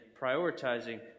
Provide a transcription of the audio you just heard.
prioritizing